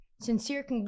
Sincere